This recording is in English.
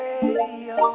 Radio